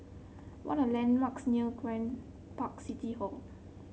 what are landmarks near Grand Park City Hall